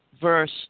verse